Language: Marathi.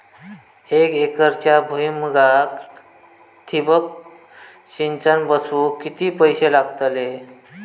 एक एकरच्या भुईमुगाक ठिबक सिंचन बसवूक किती पैशे लागतले?